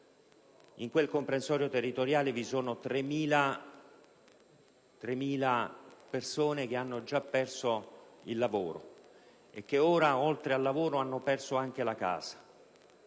In quel comprensorio territoriale vi sono 3.000 persone che hanno già perso il lavoro e che ora hanno perso anche la casa.